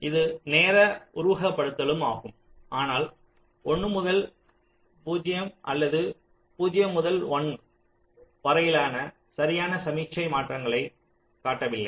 இது நேர உருவகப்படுத்துதலும் ஆகும் ஆனால் 1 முதல் 0 அல்லது 0 முதல் 1 வரையிலான சரியான சமிக்ஞை மாற்றங்களை காட்டவில்லை